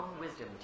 Wisdom